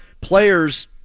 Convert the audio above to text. Players